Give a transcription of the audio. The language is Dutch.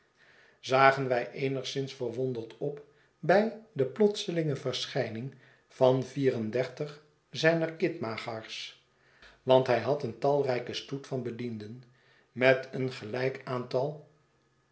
zagen wij eenigszins verwonderd op bij de plotselinge verschijning van vier en dertig zijner kitmagars want hij had eentalrijken stoet van bedienden met een gelijk getal